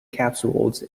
capsules